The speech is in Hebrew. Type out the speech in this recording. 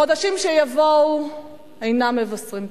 החודשים שיבואו אינם מבשרים טובות.